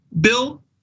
bill